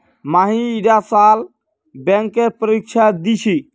हामी ईटा साल बैंकेर परीक्षा दी छि